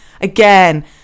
again